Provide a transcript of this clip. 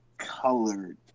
colored